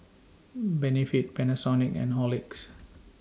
Benefit Panasonic and Horlicks